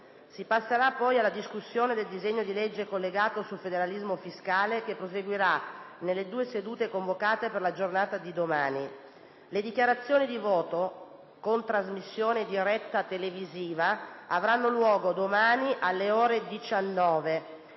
Si passerà poi alla discussione del disegno di legge collegato sul federalismo fiscale, che proseguirà nelle due sedute convocate per la giornata di domani. Le dichiarazioni di voto, con trasmissione diretta televisiva, avranno luogo domani alle ore 19.